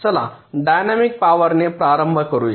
चला dynamic power ने प्रारंभ करूया